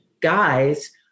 guys